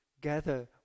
gather